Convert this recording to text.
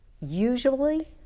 usually